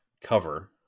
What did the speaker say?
cover